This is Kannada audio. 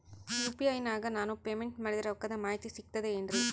ಯು.ಪಿ.ಐ ನಾಗ ನಾನು ಪೇಮೆಂಟ್ ಮಾಡಿದ ರೊಕ್ಕದ ಮಾಹಿತಿ ಸಿಕ್ತದೆ ಏನ್ರಿ?